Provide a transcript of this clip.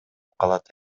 калат